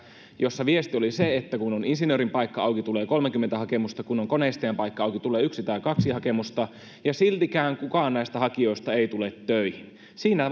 jossa viesti oli se että kun on insinöörin paikka auki tulee kolmekymmentä hakemusta kun on koneistajan paikka auki tulee yksi tai kaksi hakemusta ja siltikään kukaan näistä hakijoista ei tule töihin siinä